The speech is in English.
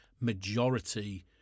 majority